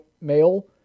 male